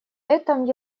этом